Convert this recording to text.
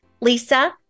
Lisa